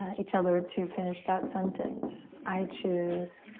each other to finish that sentence. i choose.